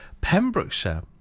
Pembrokeshire